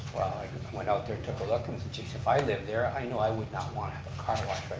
well, i went out there and took a look and said jeez, if i lived there i know i would not want to have a car wash right